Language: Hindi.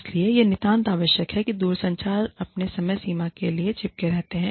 इसलिए यह नितांत आवश्यक है कि दूरसंचार अपने समय सीमा के लिए चिपके रहते हैं